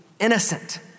innocent